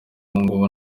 ubungubu